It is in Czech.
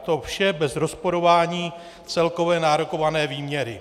To vše bez rozporování celkové nárokované výměry.